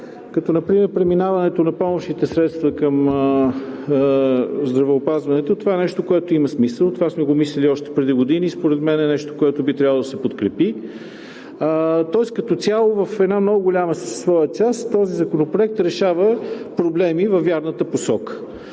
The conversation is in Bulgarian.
Например преминаването на помощните средства към здравеопазването – това е нещо, което има смисъл, това сме го мислили още преди години и според мен е нещо, което би трябвало да се подкрепи. Тоест като цяло в една много голяма своя част този законопроект решава проблеми във вярната посока.